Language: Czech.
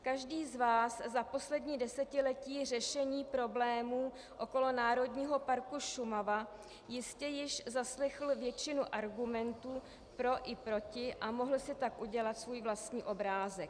Každý z vás za poslední desetiletí řešení problémů okolo Národního parku Šumava jistě již zaslechl většinu argumentů pro i proti a mohl si tak udělat svůj vlastní obrázek.